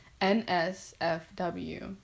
N-S-F-W